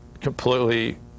completely